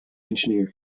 engineer